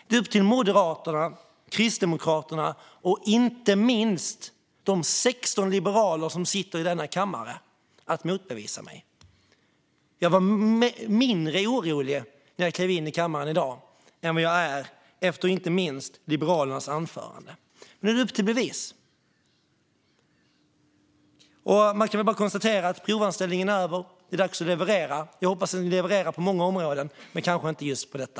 Det är upp till Moderaterna, Kristdemokraterna och inte minst de 16 liberaler som sitter i denna kammare att motbevisa mig. Jag var mindre orolig när jag klev in i kammaren i dag än vad jag är efter inte minst Liberalernas anförande. Nu är det upp till bevis. Jag kan bara konstatera att provanställningen är över och att det är dags att leverera. Jag hoppas att ni levererar på många områden, men kanske inte just på detta.